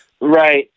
Right